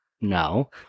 no